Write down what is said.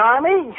Army